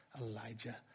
Elijah